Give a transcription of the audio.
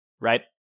right